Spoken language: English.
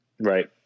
Right